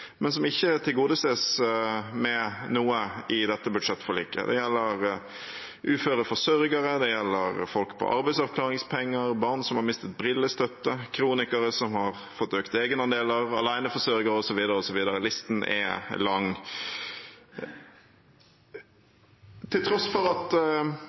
men som ikke tilgodeses med noe i dette budsjettforliket. Det gjelder uføre forsørgere, det gjelder folk på arbeidsavklaringspenger, barn som har mistet brillestøtte, kronikere som har fått økte egenandeler, aleneforsørgere osv., osv. – listen er lang. Til tross for at